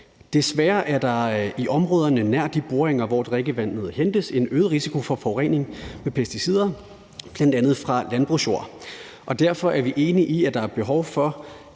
Desværre er der i områderne nær de boringer, hvor drikkevandet hentes, en øget risiko for forurening med pesticider bl.a. fra landbrugsjord, og derfor er vi enige i, at der er behov for,